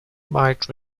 might